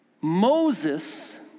Moses